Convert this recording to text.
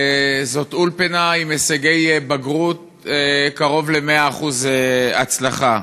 זאת אולפנה עם הישגי בגרות של קרוב ל-100% הצלחה.